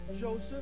Joseph